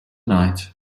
night